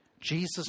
Jesus